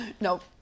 Nope